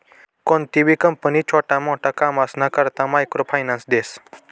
कोणतीबी कंपनी छोटा मोटा कामसना करता मायक्रो फायनान्स देस